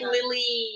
Lily